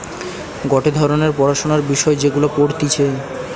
গটে ধরণের পড়াশোনার বিষয় যেগুলা পড়তিছে